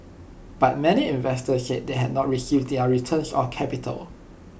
but many investors said they have not received their returns or capital